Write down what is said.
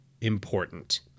important